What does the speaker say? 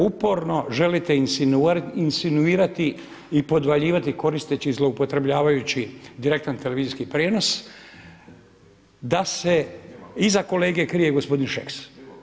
Uporno želite insinuirati i podvaljivati koristeći zloupotrebljavajući direktan televizijski prijenos da se iza kolege krije gospodin Šeks.